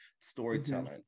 storytelling